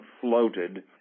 floated